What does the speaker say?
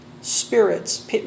spirits